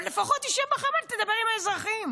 אבל לפחות תשב בחמ"ל, תדבר עם האזרחים.